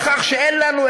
מכך שאין לנו,